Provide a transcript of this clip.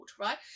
right